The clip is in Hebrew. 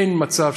אין מצב.